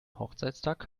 hochzeitstag